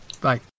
Bye